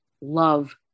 love